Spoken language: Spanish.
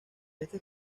esta